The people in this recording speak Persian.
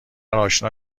آشنا